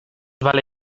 vale